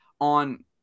on